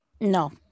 No